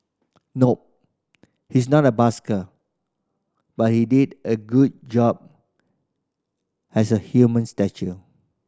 nope he's not a busker but he did a good job as a human statue